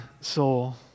soul